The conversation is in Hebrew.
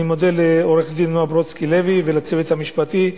אני מודה לעורכת-דין נועה ברודסקי לוי ולצוות המשפטי,